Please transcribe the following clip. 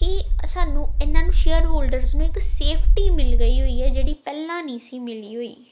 ਕਿ ਸਾਨੂੰ ਇਹਨਾਂ ਨੂੰ ਸ਼ੇਅਰ ਹੋਲਡਰਜ਼ ਨੂੰ ਇੱਕ ਸੇਫਟੀ ਮਿਲ ਗਈ ਹੋਈ ਆ ਜਿਹੜੀ ਪਹਿਲਾਂ ਨਹੀਂ ਸੀ ਮਿਲੀ ਹੋਈ